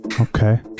Okay